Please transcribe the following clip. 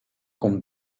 komt